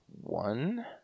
one